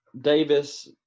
Davis